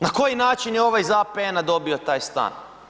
Na koji način je ovaj iz APN-a dobio taj stan?